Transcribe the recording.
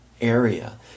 area